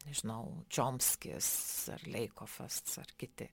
nežinau čiomskis ar leikofas ar kiti